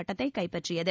பட்டத்தை கைப்பற்றியது